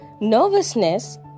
nervousness